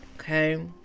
Okay